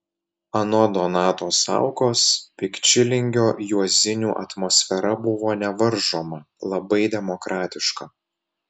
anot donato saukos pikčilingio juozinių atmosfera buvo nevaržoma labai demokratiška